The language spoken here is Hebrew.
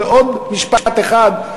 עוד משפט אחד,